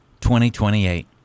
2028